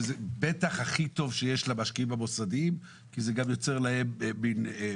זה בטח שהכי טוב שיש למשקיעים במוסדיים כי זה גם יוצר להם ביטחון.